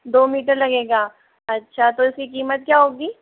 दो मीटर लगेगा अच्छा तो इसकी कीमत क्या होगी